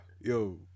Yo